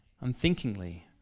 unthinkingly